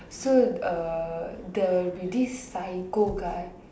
so uh there will be this psycho guy